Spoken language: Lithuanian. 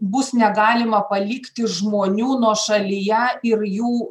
bus negalima palikti žmonių nuošalyje ir jų